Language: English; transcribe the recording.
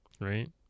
Right